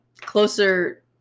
closer